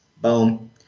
Boom